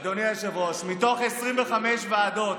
אדוני היושב-ראש, מתוך 25 ועדות